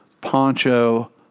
Poncho